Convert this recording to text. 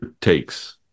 takes